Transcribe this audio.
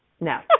No